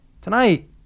Tonight